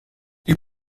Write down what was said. die